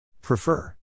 Prefer